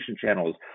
channels